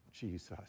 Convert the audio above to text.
Jesus